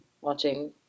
Watching